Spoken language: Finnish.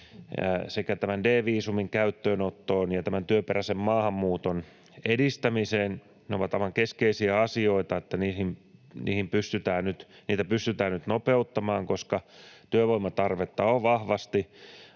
sekä tämän D-viisumin käyttöönottoon ja tämän työperäisen maahanmuuton edistämiseen, että ne ovat aivan keskeisiä asioita ja niitä pitää pystyä nyt nopeuttamaan, koska työvoimatarvetta on vahvasti.